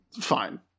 Fine